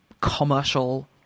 commercial